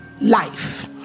life